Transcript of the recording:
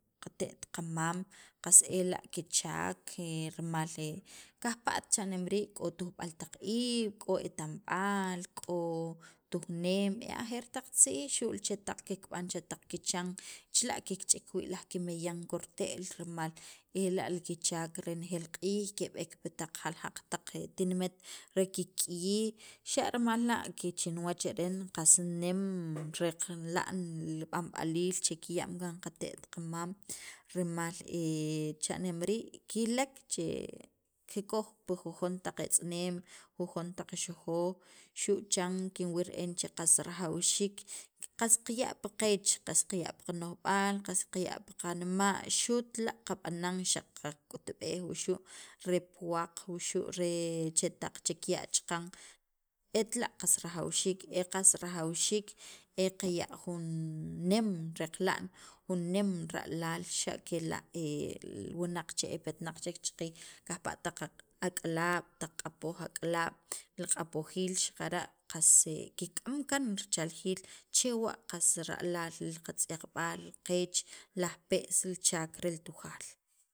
qate't qamam, qas ela' kichaak rimal kajpa't cha'nem rii' k'o tujb'al taq iib', k'o no'jb'al, k'o tujneem e ajeer taq tziij xu' li chetaq kikb'an cha taq kichan chila' kichik wii' laj kimeyan korte'l rimal ela' kichaak renejeel q'iij keb'eek taq jaljaq taq tinimet re kikk'iyij qas nem reqla'n li b'anb'aliil che kiyam kaan qate't qamam rimal cha'nem rii' kilek che kikoj pi jujon taq etz'eneem, jujon taq xojoj, xu' chan kinwil re'en che qas rajawxiik qas qaya' pi qeech, qas qaya' pi qano'jb'aal pi qanma' xu't la', xaq qak'utb'ej wuxu' re puwaq wxu' re chetaq kiya' chaqan etla' qas rajawxiik e qas rajawxiik e qaya' jun nem reqla'n jun nem ra'laal xa' kela' li wunaq che epetnaq chek chaqiij kajpa' taq ak'alaab', taq q'apoj ak'alaab' li q'apojiil qas kikk'am kaan richaljiil chewa' qas ra'laal li qatz'yaqb'al li qeech li ajpe's, li chaak rel Tujaal.